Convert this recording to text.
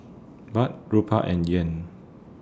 Baht Rupiah and Yen